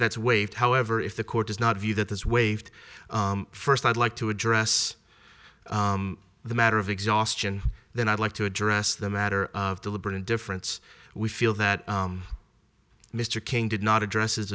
that's waived however if the court does not view that this waived first i'd like to address the matter of exhaustion then i'd like to address the matter of deliberate indifference we feel that mr king did not address